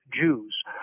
Jews